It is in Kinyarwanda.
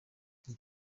iki